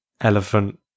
elephant